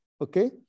okay